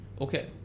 Okay